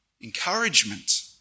Encouragement